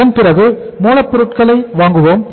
அதன்பிறகு மூலப்பொருளை வாங்குவோம்